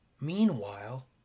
meanwhile